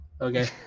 Okay